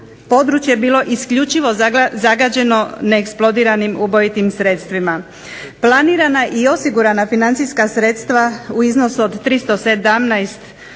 područje bilo isključivo zagađeno neeksplodiranim ubojitim sredstvima. Planirana i osigurana financijska sredstva u iznosu od 317,9